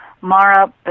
Mara